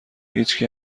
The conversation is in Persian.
هیچکی